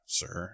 sir